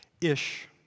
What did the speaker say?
Ish